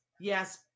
yes